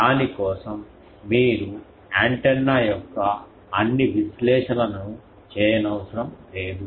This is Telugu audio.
దాని కోసం మీరు యాంటెన్నా యొక్క అన్ని విశ్లేషణలను చేయనవసరం లేదు